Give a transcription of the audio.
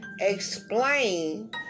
explain